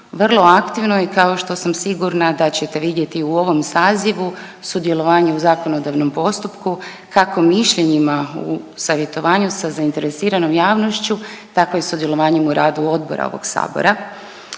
vrlo aktivno i kao što sam sigurna da ćete vidjeti i u ovom sazivu sudjelovanje u zakonodavnom postupku, kako mišljenjima u savjetovanju sa zainteresiranom javnošću tako i sudjelovanjem u radu odbora ovog sabora.